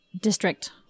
district